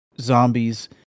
zombies